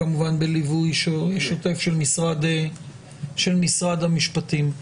כמובן בליווי שוטף של משרד המשפטים.